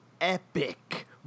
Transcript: epic